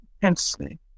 intensely